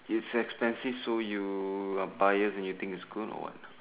it's expensive so you are biased when you think is good or what